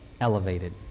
elevated